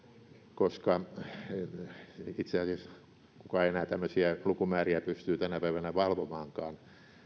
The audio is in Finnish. koska kuka itse asiassa enää tämmöisiä lukumääriä pystyy tänä päivänä valvomaankaan